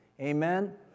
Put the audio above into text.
Amen